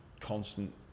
constant